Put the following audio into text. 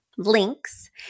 links